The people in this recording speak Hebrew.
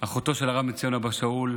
אחותו של הרב בן ציון אבא שאול,